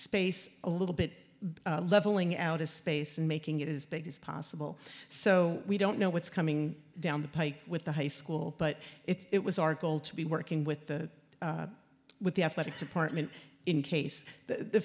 space a little bit leveling out a space and making it is big as possible so we don't know what's coming down the pike with the high school but it was our goal to be working with that with the athletic department in case the